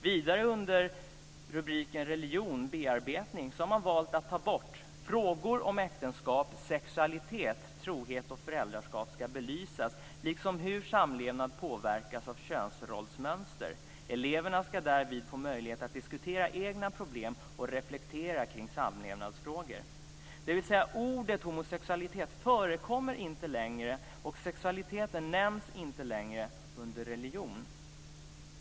Vidare under rubriken Religion, bearbetning har man valt att ta bort: Frågor om äktenskap, sexualitet, trohet och föräldraskap ska belysas, liksom hur samlevnad påverkas av könsrollsmönster. Eleverna ska därvid få möjlighet att diskutera egna problem och reflektera kring samlevnadsfrågor. Ordet homosexualitet förekommer inte längre, och sexualiteten nämns inte längre under rubriken Religion.